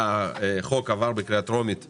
החוק עבר בקריאה טרומית במליאה,